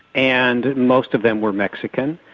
and most of them were mexican,